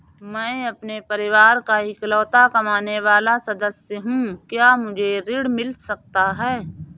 मैं अपने परिवार का इकलौता कमाने वाला सदस्य हूँ क्या मुझे ऋण मिल सकता है?